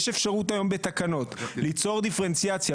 יש אפשרות היום בתקנות ליצור דיפרנציאציה